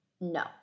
no